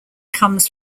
comes